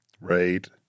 Right